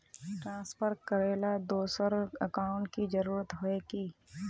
Transfer करेला दोसर account की जरुरत होय है की?